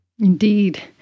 Indeed